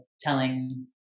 telling